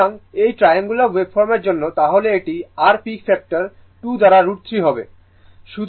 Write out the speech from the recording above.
সুতরাং এই ট্রায়াঙ্গুলার ওয়েভফর্মের জন্য তাহলে এটি r পিক ফ্যাক্টর 2 দ্বারা √3 হবে